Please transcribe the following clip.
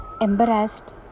embarrassed